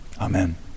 Amen